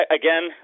again